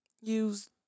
use